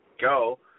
go